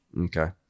Okay